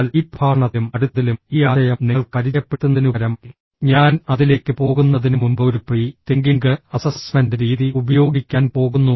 എന്നാൽ ഈ പ്രഭാഷണത്തിലും അടുത്തതിലും ഈ ആശയം നിങ്ങൾക്ക് പരിചയപ്പെടുത്തുന്നതിനുപകരം ഞാൻ അതിലേക്ക് പോകുന്നതിനുമുമ്പ് ഒരു പ്രീ തിങ്കിംഗ് അസസ്മെന്റ് രീതി ഉപയോഗിക്കാൻ പോകുന്നു